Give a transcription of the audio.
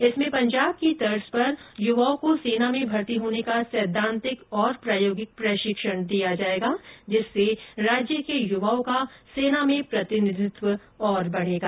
इसमें पंजाब की तर्ज पर युवाओं को सेना में भर्ती होने का सैंद्वातिक और प्रायोगिक प्रशिक्षण दिया जाएगा जिससे राज्य के युवाओं का सेना में प्रतिनिधित्व बढ़ेगा